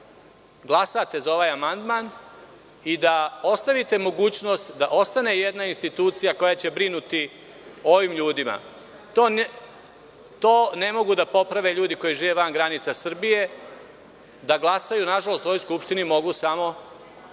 da glasate za ovaj amandman i da ostavite mogućnost da ostane jedna institucija koja će brinuti o ovim ljudima. To ne mogu da poprave ljudi koji žive van granica Srbije, a da glasaju, nažalost, u ovoj Skupštini mogu samo